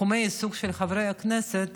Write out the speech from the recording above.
תחומי העיסוק של חברי הכנסת